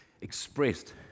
expressed